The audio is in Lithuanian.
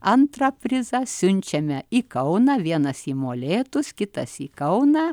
antrą prizą siunčiame į kauną vienas į molėtus kitas į kauną